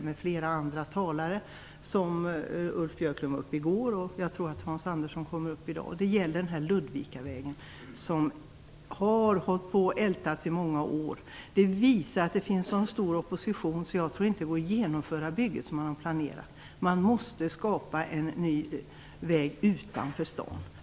Ulf Björklund höll ett anförande i går och jag tror att Hans Andersson kommer att göra det i dag. Det gäller den här Ludvikavägen som har ältats i många år. Det visar att det finns en sådan stor opposition att jag tror att det inte går att genomföra bygget som man har planerat. Man måste skapa en ny väg utanför staden.